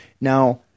Now